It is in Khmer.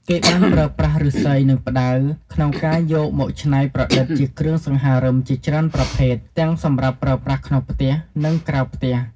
គេបានប្រើប្រាស់ឫស្សី និងផ្តៅក្នុងការយកមកច្នៃប្រឌិតជាគ្រឿងសង្ហារឹមជាច្រើនប្រភេទ ទាំងសម្រាប់ប្រើប្រាស់ក្នុងផ្ទះ និងក្រៅផ្ទះ។